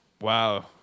wow